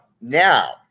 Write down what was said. now